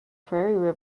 prairie